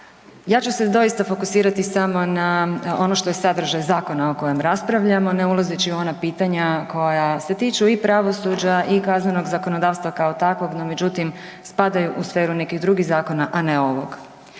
Ja ću se doista fokusirati samo na ono što je sadržaj zakona o kojem raspravljamo ne ulazeći u ona pitanja koja se tiču i pravosuđa i kaznenog zakonodavstva kao takvog, no međutim spadaju u sferu nekih drugih zakona, a ne ovog.